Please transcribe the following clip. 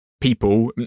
people